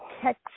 catch